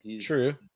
True